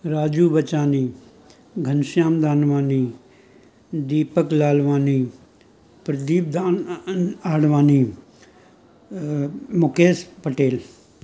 राजू बचाणी घनशाम दानवाणी दीपक लालवाणी प्रदीप अ अन अडवाणी मुकेश पटेल